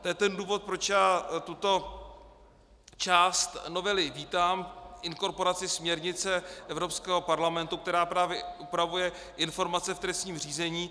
To je důvod, proč já tuto část novely vítám, inkorporaci směrnice Evropského parlamentu, která právě upravuje informace v trestním řízení.